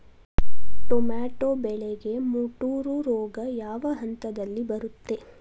Tomato ಬೆಳೆಗೆ ಮುಟೂರು ರೋಗ ಯಾವ ಹಂತದಲ್ಲಿ ಬರುತ್ತೆ?